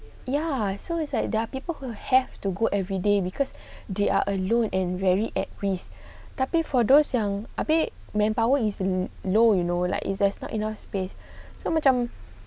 ya so it's like there are people who have to go every everyday because they are alone and very at risk tapi for those yang habis bad manpower is in low you know like if there's not enough space so macam